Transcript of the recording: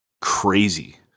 crazy